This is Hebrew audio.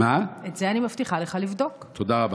תודה רבה.